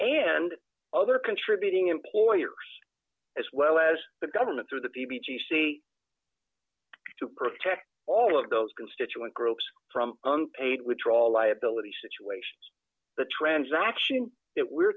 and other contributing employers as well as the government through the b b c to protect all of those constituent groups from paid withdrawal liability situations the transaction that we're